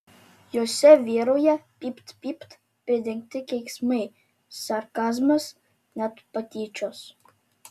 jose vyrauja pypt pypt pridengti keiksmai sarkazmas net patyčios